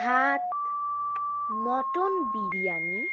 ভাত মটন বিরিয়ানি